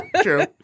True